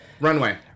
Runway